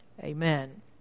Amen